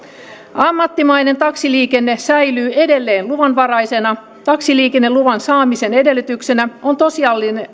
ammattimainen taksiliikenne säilyy edelleen luvanvaraisena taksiliikenneluvan saamisen edellytyksenä on tosiasiallinen